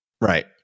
Right